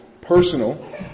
Personal